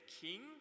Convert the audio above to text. king